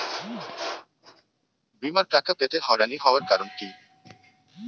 বিমার টাকা পেতে হয়রানি হওয়ার কারণ কি?